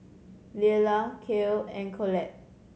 Leala Cale and Colette